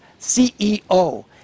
CEO